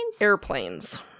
Airplanes